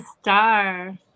star